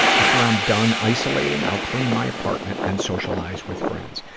after i'm done isolating, i'll clean my apartment, then socialize with friends.